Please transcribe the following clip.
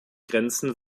grenzen